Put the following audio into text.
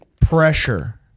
Pressure